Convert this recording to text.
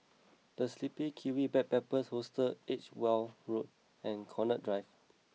the Sleepy Kiwi Backpackers Hostel Edgeware Road and Connaught Drive